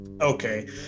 Okay